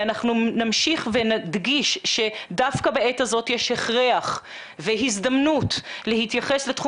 אנחנו נמשיך ונדגיש שדווקא בעת הזאת יש הכרח והזדמנות להתייחס לתחום